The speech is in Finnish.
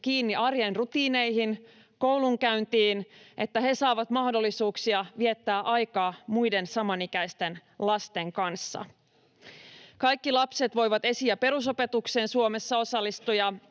kiinni arjen rutiineihin, koulunkäyntiin, että he saavat mahdollisuuksia viettää aikaa muiden samanikäisten lasten kanssa. Kaikki lapset voivat osallistua Suomessa esi- ja